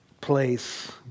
place